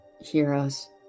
heroes